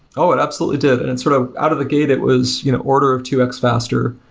oh, it absolutely did. and and sort of out of the gate, it was you know order of two x faster.